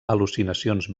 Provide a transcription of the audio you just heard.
al·lucinacions